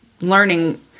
learning